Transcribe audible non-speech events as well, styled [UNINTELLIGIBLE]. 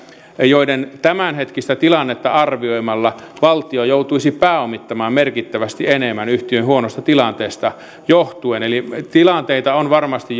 joiden tämänhetkistä tilannetta arvioimalla valtio joutuisi pääomittamaan merkittävästi enemmän yhtiön huonosta tilanteesta johtuen eli on varmasti [UNINTELLIGIBLE]